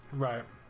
write